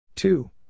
Two